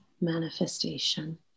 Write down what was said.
manifestation